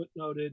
footnoted